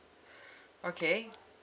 okay